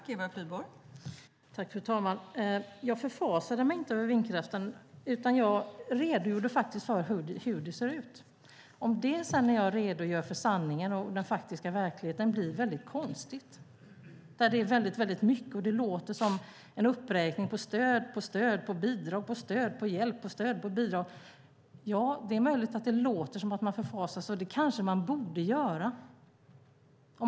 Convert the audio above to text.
Fru talman! Jag förfasade mig inte över vindkraften, utan jag redogjorde för hur det ser ut. Att jag redogör för sanningen och den faktiska verkligheten är inte konstigt. Det blir väldigt mycket och låter som en uppräkning på stöd efter stöd, bidrag på stöd, hjälp på stöd och bidrag. Det är möjligt att det låter som att man förfasar sig. Det kanske man borde göra.